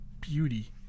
beauty